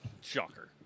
Shocker